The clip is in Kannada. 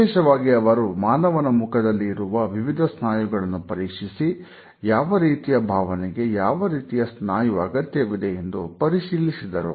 ವಿಶೇಷವಾಗಿ ಅವರು ಮಾನವನ ಮುಖದಲ್ಲಿ ಇರುವ ವಿವಿಧ ಸ್ನಾಯುಗಳನ್ನು ಪರೀಕ್ಷಿಸಿ ಯಾವರೀತಿಯ ಭಾವನೆಗೆ ಯಾವ ರೀತಿಯ ಸ್ನಾಯು ಅಗತ್ಯವಿದೆಯೆಂದು ಪರಿಶೀಲಿಸಿದರು